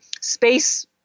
space